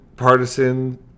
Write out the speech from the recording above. Partisan